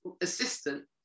assistant